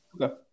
okay